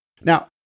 Now